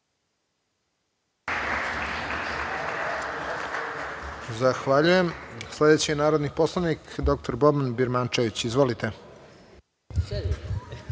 Zahvaljujem. Sledeći je narodni poslanik dr Boban Birmančević. Izvolite.